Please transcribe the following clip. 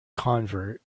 convert